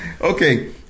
Okay